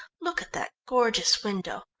look at that gorgeous window.